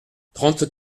trente